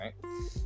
right